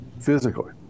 physically